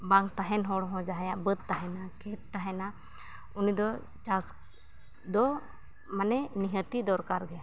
ᱵᱟᱝ ᱛᱟᱦᱮᱱ ᱦᱚᱲᱦᱚᱸ ᱡᱟᱦᱟᱸᱭᱟᱜ ᱵᱟᱹᱫᱽ ᱛᱟᱦᱮᱱᱟ ᱠᱷᱮᱛ ᱛᱟᱦᱮᱱᱟ ᱩᱱᱤᱫᱚ ᱪᱟᱥᱫᱚ ᱢᱟᱱᱮ ᱱᱤᱦᱟᱹᱛᱜᱮ ᱫᱚᱨᱠᱟᱨ ᱜᱮᱭᱟ